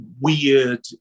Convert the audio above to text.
weird